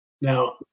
Now-